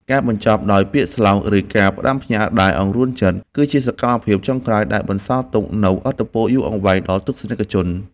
ការបញ្ចប់ដោយពាក្យស្លោក ឬការផ្ដាំផ្ញើដែលអង្រួនចិត្ត គឺជាសកម្មភាពចុងក្រោយដែលបន្សល់ទុកនូវឥទ្ធិពលយូរអង្វែងដល់ទស្សនិកជន។